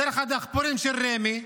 דרך הדחפורים של רמ"י,